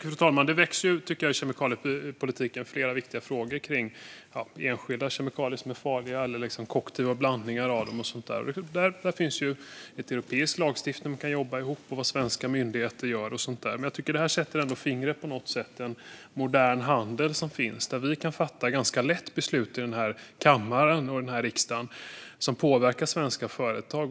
Fru talman! Det växer ut flera viktiga frågor ur kemikaliepolitiken - enskilda kemikalier som är farliga och blandningar av dem, europeisk lagstiftning som man kan jobba ihop med, vad svenska myndigheter gör och så vidare. Men detta sätter ändå fingret, tycker jag, på den moderna handel som finns och där vi ganska lätt kan fatta beslut i denna kammare som påverkar svenska företag.